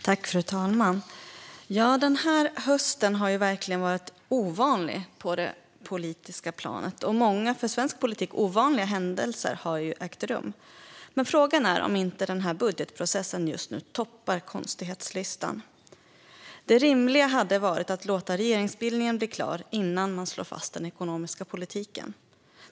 Fru talman! Den här hösten har verkligen varit ovanlig på det politiska planet, och många för svensk politik ovanliga händelser har ägt rum. Frågan är dock om inte budgetprocessen just nu toppar konstighetslistan. Det rimliga hade varit att låta regeringsbildningen bli klar innan man slår fast den ekonomiska politiken.